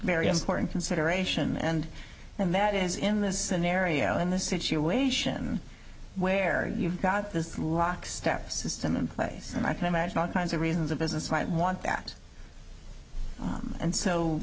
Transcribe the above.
very important consideration and then that is in this scenario in the situation where you've got this lockstep system in place and i can imagine all kinds of reasons a business might want that and so